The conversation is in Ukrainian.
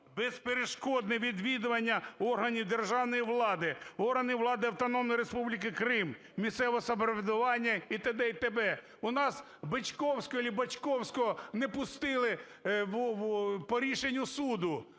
безперешкодне відвідування органів державної влади, органів влади Автономної Республіки Крим, місцевого самоврядування і т.д., і т.п. У нас Бичковського или Бочковського не пустили по рішенню суду.